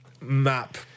map